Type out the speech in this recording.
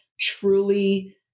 truly